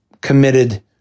committed